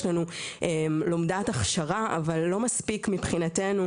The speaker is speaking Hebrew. יש לנו לומדת הכשרה, אבל לא מספיק מבחינתנו